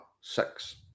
six